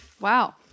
Wow